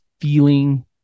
feeling